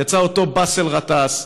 יצא אותו באסל גטאס,